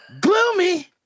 Gloomy